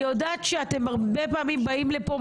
אני יודעת שאתם הרבה פעמים באים לפה,